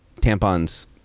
tampons